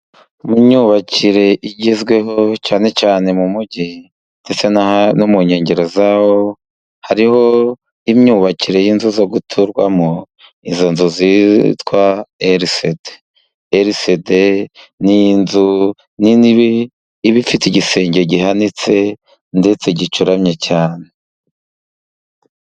Imyubakire igezweho cyane cyane mu mugi, ndetse no mu nkengero hariho imyubakire y'inzu zo guturwamo, izo nzu zitwa rcd ni inzu nini iba ifite igisenge gihanitse ndetse gicuramye cyane.